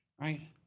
right